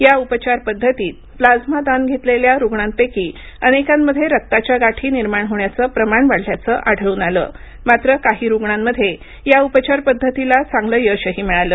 या उपचार पद्धतीत प्लाझ्मा दान घेतलेल्या रुग्णांपैकी अनेकांमध्ये रक्ताच्या गाठी निर्माण होण्याचं प्रमाण वाढल्याचं आढळून आलं मात्र काही रुग्णांमध्ये या उपचार पद्धतीला चांगले यशही मिळाले